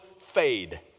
Fade